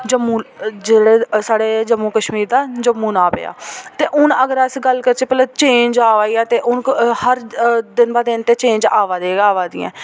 जम्मू जिले दे साढ़े जम्मू कश्मीर दा जम्मू नांऽ पेआ ते हून अगर अस गल्ल करचै भला चेंज आवा दी ते हून हर दिन ब दिन ते चेंज आवा दी गै आवा दियां